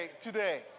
today